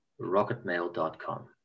rocketmail.com